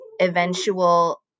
eventual